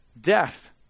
death